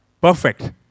perfect